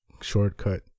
shortcut